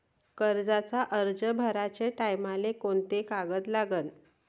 कर्जाचा अर्ज भराचे टायमाले कोंते कागद लागन?